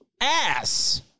ass